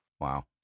Wow